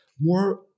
more